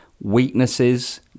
weaknesses